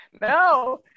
No